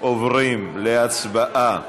עוברים להצבעה.